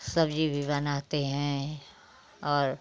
सब्ज़ी भी बनाते हैं और